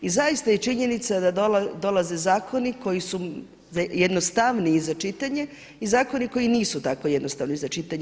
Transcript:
I zaista je činjenica da dolaze zakoni koji su jednostavniji za čitanje i zakoni koji nisu tako jednostavni za čitanje.